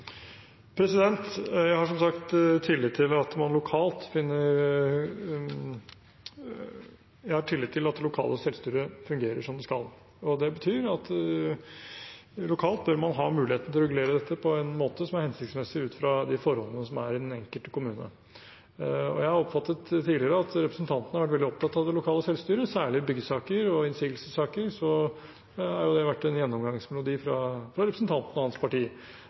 Jeg har som sagt tillit til at det lokale selvstyret fungerer som det skal. Det betyr at man lokalt bør ha muligheten til å regulere dette på en måte som er hensiktsmessig ut fra de forholdene som er i den enkelte kommune. Jeg har oppfattet tidligere at representanten har vært veldig opptatt av det lokale selvstyret. Særlig i byggesaker og innsigelsessaker har det vært en gjennomgangsmelodi fra representanten og hans parti.